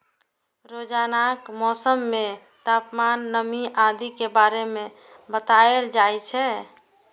रोजानाक मौसम मे तापमान, नमी आदि के बारे मे बताएल जाए छै